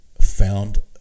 found